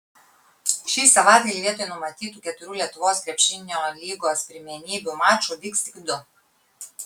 šį savaitgalį vietoj numatytų keturių lietuvos krepšinio lygos pirmenybių mačų vyks tik du